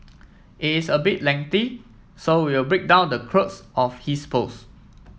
is a bit lengthy so we'll break down the crux of his post